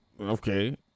okay